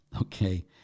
okay